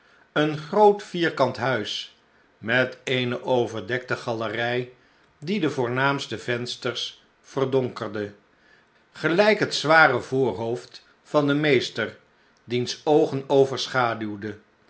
een groot vierkant huis met eene overdekte galerij die de voornaamste vensters verdonkerde gelijk het zware voorhoofd van den meester diens oogen overschaduwde